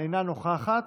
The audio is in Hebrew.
אינו נוכח,